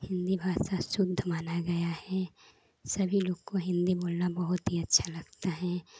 हिन्दी भाषा शुद्ध मानी गई है सभी लोग को हिन्दी बोलना बहुत ही अच्छा लगता है